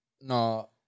No